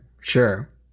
sure